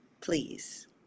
please